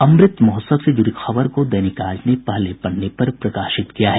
अमृत महोत्सव से जुड़ी खबर को दैनिक आज ने पहले पन्ने पर प्रकाशित किया है